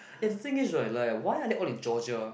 and thing is right like why are they all in Georgia